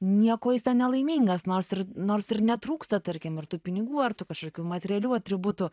niekuo jis ten nelaimingas nors ir nors ir netrūksta tarkim ir tų pinigų ar tų kažkokių materialių atributų